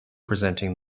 presenting